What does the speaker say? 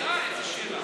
ודאי, איזו שאלה.